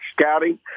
scouting